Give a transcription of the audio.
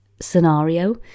scenario